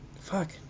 fuck